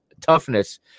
toughness